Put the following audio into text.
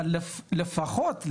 אבל לפחות,